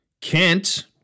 Kent